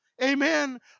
Amen